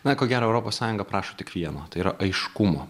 na ko gero europos sąjunga prašo tik vieno tai yra aiškumo